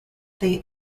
they